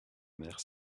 mère